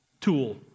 tool